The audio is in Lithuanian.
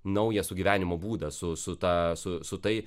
naują sugyvenimo būdą su su ta su su tai